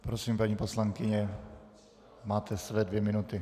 Prosím, paní poslankyně, máte své dvě minuty.